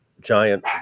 giant